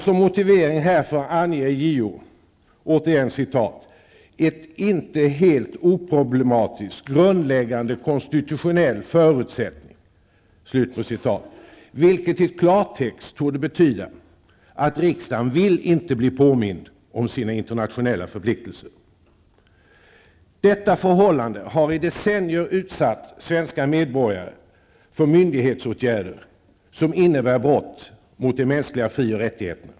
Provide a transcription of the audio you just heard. Som motivering härför anger JO ''inte helt oproblematiska -- grundläggande konstitutionella förutsättningar'', vilket i klartext torde betyda att riksdagen inte vill bli påmind om sina internationella förpliktelser. Detta förhållande har i decennier utsatt svenska medborgare för myndighetsåtgärder som innebär brott mot de mänskliga fri och rättigheterna.